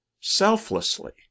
selflessly